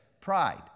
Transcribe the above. pride